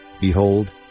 behold